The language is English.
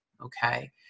okay